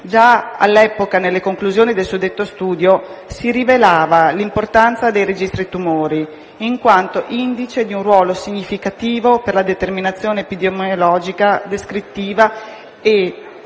Già all'epoca, nelle conclusioni del suddetto studio, si rivelava l'importanza dei registri tumori, in quanto indice di un ruolo significativo per la determinazione epidemiologica descrittiva e